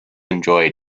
enjoy